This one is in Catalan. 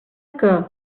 que